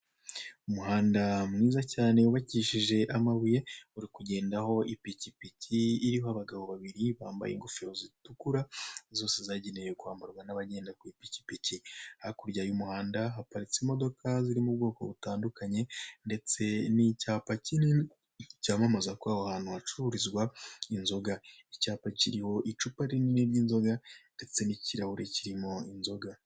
Umuhanda mwiza cyane wubakishije amabuye, uri kugendaho ipikipiki iriho abagabo babiri bambaye ingofero zitukura, zose zagenewe kwambarwa n'abagenda ku ipikipiki, hakurya y'umuhanda haparitse imodoka ziri mu bwoko butandukanye, ndetse n'icyapa kinini cyamamaza ko aho hantu hacururizwa inzoga, icyapa kiriho icupa rinini ry'inzoga ndetse n'ikirahure kirimo inzoga.